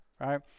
right